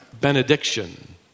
benediction